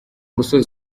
gusoza